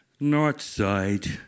Northside